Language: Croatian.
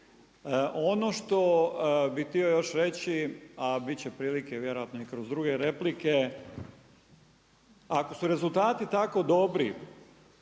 Ono što bih htio još reći a biti će prilike vjerojatno i kroz druge replike, ako su rezultati tako dobri,